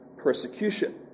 persecution